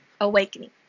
awakening